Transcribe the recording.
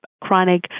chronic